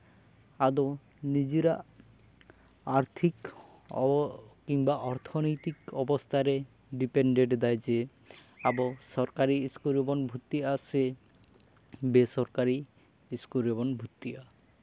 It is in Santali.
ᱟᱫᱚ ᱱᱤᱡᱮᱨᱟᱜ ᱟᱨᱛᱷᱤᱠ ᱠᱤᱢᱵᱟ ᱚᱨᱛᱷᱚᱱᱳᱭᱛᱤᱠ ᱚᱵᱚᱥᱛᱷᱟᱨᱮ ᱰᱤᱯᱮᱱᱰᱮᱰ ᱮᱫᱟᱭ ᱡᱮ ᱟᱵᱚ ᱥᱚᱨᱠᱟᱨᱤ ᱤᱥᱠᱩᱞ ᱨᱮᱵᱚᱱ ᱵᱷᱚᱛᱛᱤᱼᱟ ᱥᱮ ᱵᱮᱥᱚᱨᱠᱟᱨᱤ ᱤᱥᱠᱩᱞ ᱨᱮᱵᱚᱱ ᱵᱷᱚᱛᱛᱤᱜᱼᱟ